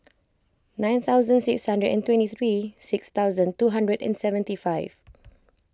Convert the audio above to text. nine thousand six hundred and twenty three six thousand two hundred and seventy five